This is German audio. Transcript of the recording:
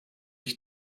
ich